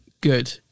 good